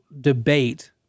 debate